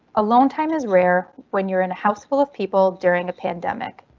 alone time is rare when you're in a house full of people during a pandemic.